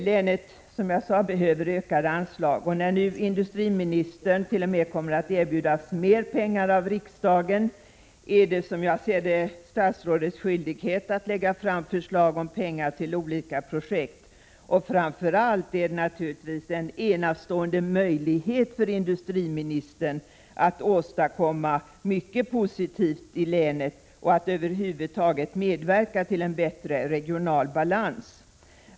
Länet behöver, som jag sade, ökade anslag, och när nu industriministern t.o.m. kommer att erbjudas mer pengar av riksdagen är det, som jag ser det, statsrådets skyldighet att lägga fram förslag om pengar till olika projekt. Framför allt är detta naturligtvis en enastående möjlighet för industriministern att åstadkomma mycket positivt i länet och att över huvud taget medverka till en bättre regional balans.